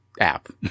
app